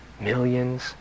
millions